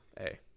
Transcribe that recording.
Hey